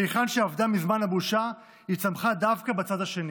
והיכן שאבדה מזמן הבושה, היא צמחה דווקא בצד השני,